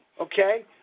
Okay